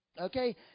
Okay